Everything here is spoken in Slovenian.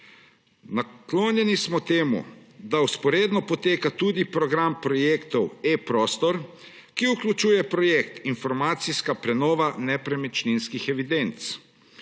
Naklonjeni smo temu, da vzporedno poteka tudi program projektov eProstor, ki vključuje projekt informacijske prenove nepremičninskih evidenc.